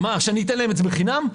שאתן להם את זה בחינם?